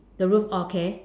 the roof oh okay